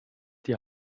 die